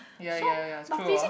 ya ya ya is true ah